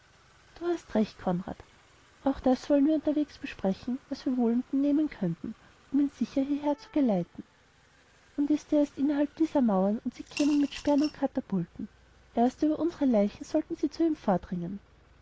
du hast recht konrad auch das wollen wir unterwegs besprechen was wir wohl unternehmen könnten um ihn sicher hierher zu geleiten und ist er erst innerhalb dieser mauern und sie kämen mit speeren und katapulten erst über unsere leichen sollten sie zu ihm vordringen